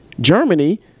Germany